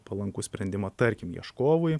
palankų sprendimą tarkim ieškovui